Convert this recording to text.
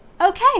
Okay